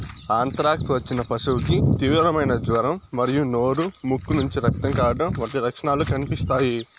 anthrax వచ్చిన పశువుకు తీవ్రమైన జ్వరం మరియు నోరు, ముక్కు నుంచి రక్తం కారడం వంటి లక్షణాలు కనిపిస్తాయి